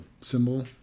symbol